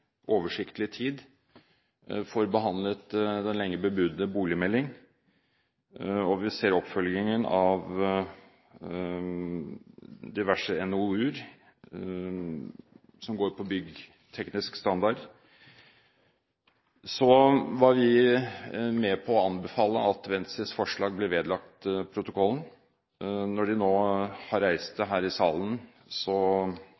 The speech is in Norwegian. tid får behandlet den lenge bebudede boligmeldingen, og vi ser oppfølgingen av diverse NOU-er som går på byggteknisk standard. Så var vi med på å anbefale at Venstres forslag ble vedlagt protokollen. Når de nå har reist